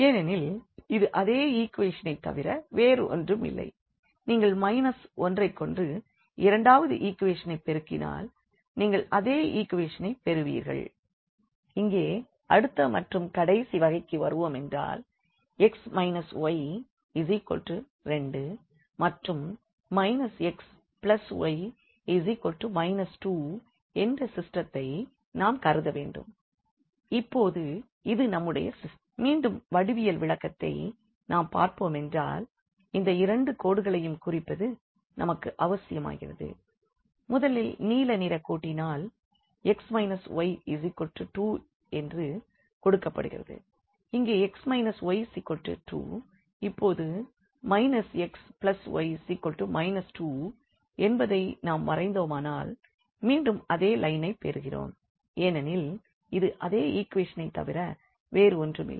ஏனெனில் இது அதே ஈக்வேஷன் ஐத் தவிர வேறொன்றுமில்லை